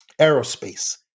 aerospace